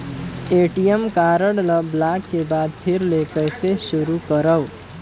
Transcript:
ATM card ल block के बाद फिर ले कइसे शुरू करव?